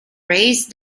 raised